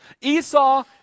Esau